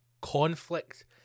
conflict